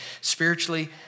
spiritually